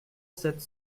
sept